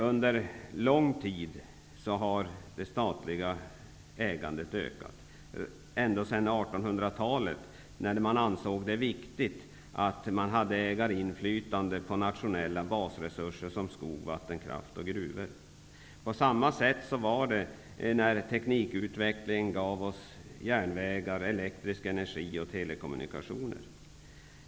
Under en längre tid har det statliga ägandet ökat i omfattning. Det har pågått ända sedan 1800-talet, då det ansågs viktigt att staten kunde utöva ett ägarinflytande på nationella basresurser som skog, vattenkraft och gruvor. Samma sak gällde när teknikutvecklingen gav oss järnvägar, elektrisk energi och telekommunikationer.